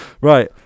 Right